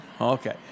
Okay